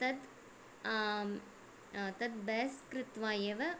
तत् तद् बेस् कृत्वा एव